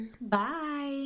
Bye